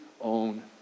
own